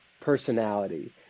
personality